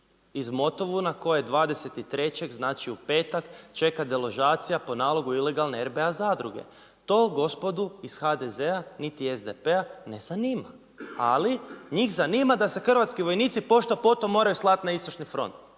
iz Motovuna koja je 23. znači u petak, čeka deložacija po nalogu ilegalne RBA zadruge. To gospodu iz HDZ-a, niti SDP-a ne zanima, ali njih zanima da se hrvatski vojnici pošto poto moraju slati na istočni front,